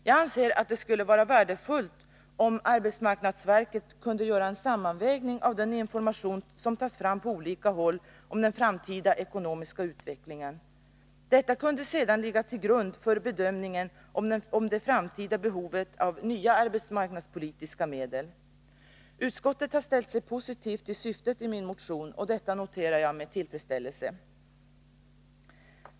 Jag anser att det skulle vara värdefullt om AMS kunde göra en sammanvägning av den information som tas fram på olika håll om den framtida ekonomiska utvecklingen. Denna kunde sedan ligga till grund för bedömningen av det framtida behovet av nya arbetsmarknadspolitiska medel. Utskottet har ställt sig positivt till syftet i min motion, och det noterar jag med tillfredsställelse.